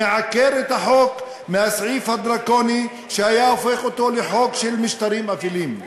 שמעקר אותו מהסעיף הדרקוני שהיה הופך אותו לחוק של משטרים אפלים,